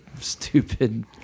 stupid